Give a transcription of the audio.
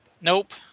Nope